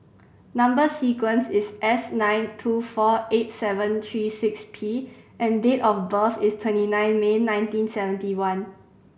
number sequence is S nine two four eight seven three six P and date of birth is twenty nine May nineteen seventy one